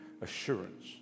assurance